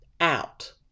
out